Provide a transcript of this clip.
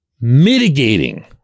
mitigating